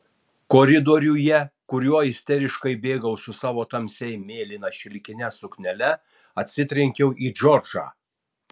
koridoriuje kuriuo isteriškai bėgau su savo tamsiai mėlyna šilkine suknele atsitrenkiau į džordžą